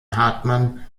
hartmann